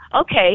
okay